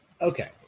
Okay